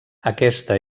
aquesta